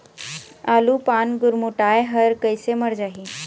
आलू पान गुरमुटाए हर कइसे मर जाही?